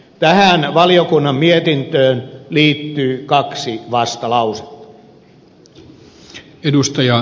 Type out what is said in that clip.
tähän valiokunnan mietintöön liittyy kaksi vastalausetta